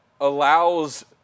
allows